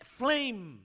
flame